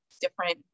different